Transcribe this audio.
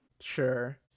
sure